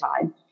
time